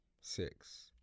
six